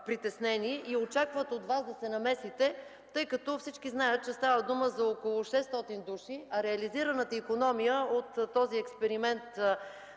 и очакват от Вас да се намесите, тъй като всички знаят, че става дума за около 600 души, а реализираната икономия от този експеримент